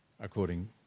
according